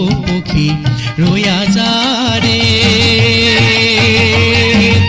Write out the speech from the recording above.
you know yeah ah a